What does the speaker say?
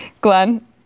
Glenn